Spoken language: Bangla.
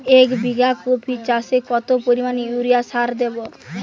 এক বিঘা কপি চাষে কত পরিমাণ ইউরিয়া সার দেবো?